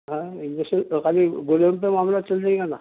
ہاں انجکش خالی گولیوں پہ معاملہ چل جائے گا نا